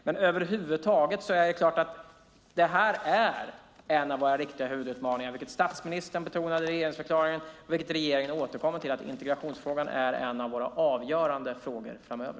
Det här är en av våra riktiga huvudutmaningar, vilket statsministern betonade i regeringsförklaringen, och regeringen återkommer till att integrationsfrågan är en av våra avgörande frågor framöver.